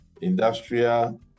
industrial